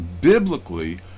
Biblically